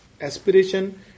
aspiration